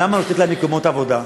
למה היא נותנת להם מקומות עבודה?